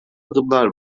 adımlar